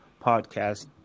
Podcast